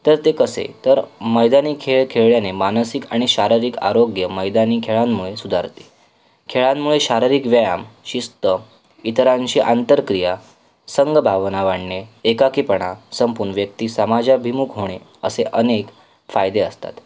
तर ते कसे तर मैदानी खेळ खेळल्याने मानसिक आणि शारीरिक आरोग्य मैदानी खेळांमुळे सुधारते खेळांमुळे शारीरिक व्यायाम शिस्त इतरांशी आंतरक्रिया संघभावना वाढणे एकाकीपणा संपून व्यक्ती समाजाभिमुख होणे असे अनेक फायदे असतात